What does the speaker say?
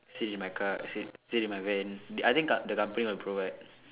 sit in my car sit sit in my van I think ka~ the company will provide